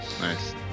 Nice